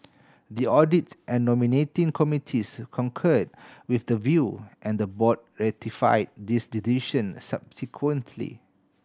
the audits and nominating committees concur with the view and the board ratify this decision subsequently